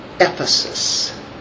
Ephesus